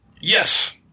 Yes